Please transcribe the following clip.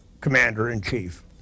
commander-in-chief